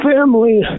family